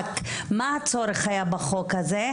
מה היה הצורך בחוק הזה?